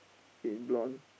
in blonde